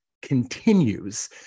continues